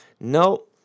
No